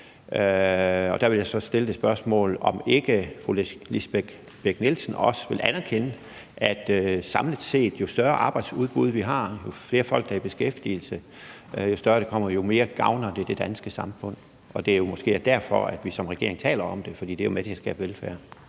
Der vil jeg så stille det spørgsmål, om ikke fru Lisbeth Bech-Nielsen også vil anerkende, at jo større arbejdsudbud vi har samlet set, jo flere folk der er i beskæftigelse, jo mere gavner det det danske samfund, og at det jo måske er derfor, at vi som regering taler om det, for det er med til at skabe velfærd